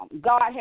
God